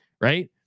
right